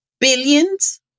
billions